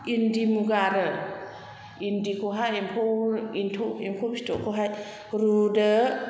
इन्दि मुगा आरो इन्दिखौहाय एम्फौ फिथोबखौहाय रुदो